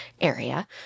area